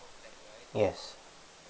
yes